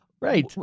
Right